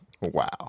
Wow